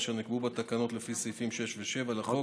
אשר נקבעו בתקנות לפי סעיפים 6 ו-7 לחוק